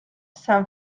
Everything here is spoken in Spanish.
san